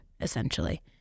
essentially